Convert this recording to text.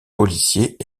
policiers